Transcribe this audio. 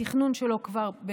התכנון שלו כבר,